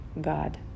God